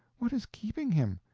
what is keeping him?